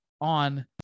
on